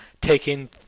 taking